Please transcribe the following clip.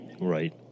Right